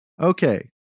Okay